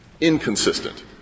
Inconsistent